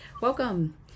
Welcome